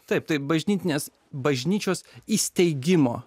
taip tai bažnytinės bažnyčios įsteigimo